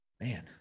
man